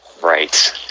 Right